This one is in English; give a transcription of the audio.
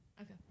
Okay